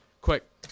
Quick